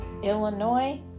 Illinois